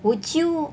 would you